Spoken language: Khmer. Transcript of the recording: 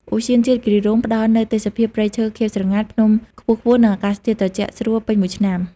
ឧទ្យានជាតិគិរីរម្យផ្តល់នូវទេសភាពព្រៃឈើខៀវស្រងាត់ ភ្នំខ្ពស់ៗ និងអាកាសធាតុត្រជាក់ស្រួលពេញមួយឆ្នាំ។